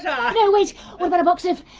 so ah no wait! what about a box of,